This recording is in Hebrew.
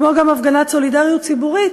וגם הפגנת סולידריות ציבורית: